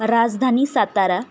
Rajdhani Satara